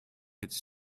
its